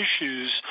issues